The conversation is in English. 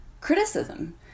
Criticism